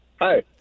Hi